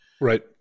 Right